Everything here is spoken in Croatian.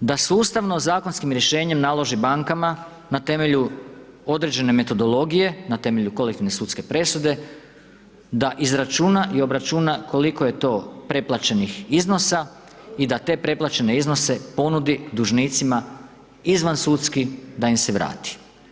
da sustavno zakonskim rješenjem naloži bankama na temelju određene metodologije, na temelju kolektivne sudske presude da izračuna i obračuna koliko je to preplaćenih iznosa i da te preplaćene iznose ponudi dužnicima izvansudski da im se vrati.